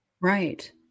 right